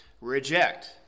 reject